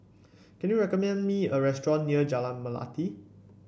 can you recommend me a restaurant near Jalan Melati